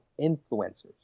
influencers